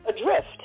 adrift